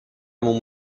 عمو